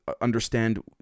understand